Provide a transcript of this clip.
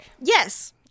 Yes